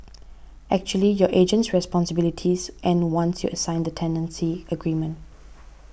actually your agent's responsibilities end once you sign the tenancy agreement